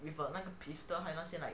with a 那个 pistol 还有那些 like